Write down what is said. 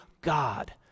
God